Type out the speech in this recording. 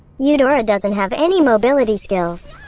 eudora doesn't have any mobility skills.